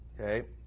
okay